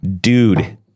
Dude